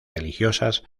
religiosas